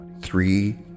three